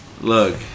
Look